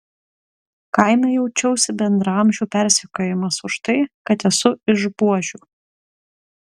kaime jaučiausi bendraamžių persekiojamas už tai kad esu iš buožių